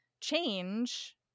change